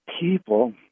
people